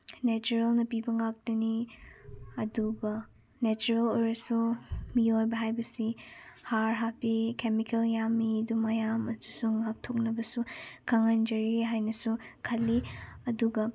ꯅꯦꯆꯔꯦꯜꯅ ꯄꯤꯕ ꯉꯥꯛꯇꯅꯤ ꯑꯗꯨꯒ ꯅꯦꯆꯔꯦꯜ ꯑꯣꯏꯔꯁꯨ ꯃꯤꯑꯣꯏꯕ ꯍꯥꯏꯕꯁꯤ ꯍꯥꯔ ꯍꯥꯞꯄꯤ ꯀꯦꯃꯤꯀꯦꯜ ꯌꯥꯝꯏ ꯑꯗꯨ ꯃꯌꯥꯝ ꯑꯗꯨꯁꯨ ꯉꯥꯛꯊꯣꯅꯕꯁꯨ ꯈꯪꯍꯟꯖꯔꯤ ꯍꯥꯏꯅꯁꯨ ꯈꯜꯂꯤ ꯑꯗꯨꯒ